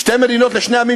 שתי מדינות לשני עמים,